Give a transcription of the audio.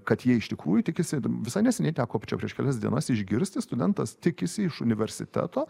kad jie iš tikrųjų tikisi visai neseniai teko čia prieš kelias dienas išgirsti studentas tikisi iš universiteto